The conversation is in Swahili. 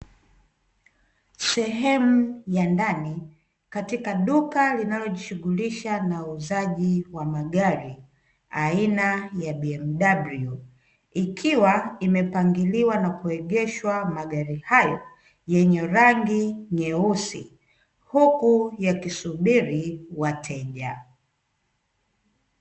Sehemu ya ndani katika duka linalojishughulisha na uuzaji wa magari aina ya BMW. Ikiwa imepangiliwa na kuegeshwa magari hayo yenye rangi nyeusi, huku yakisubiri wateja.